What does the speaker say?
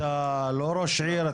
אתה לא ראש עיר,